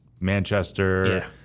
Manchester